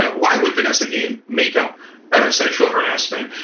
ah why would vanessa guillen make up sexual harassment?